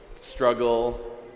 struggle